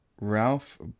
Ralph